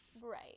Right